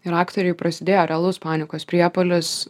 ir aktoriui prasidėjo realus panikos priepuolis